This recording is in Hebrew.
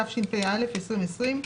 התשפ"א-2020.